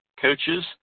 coaches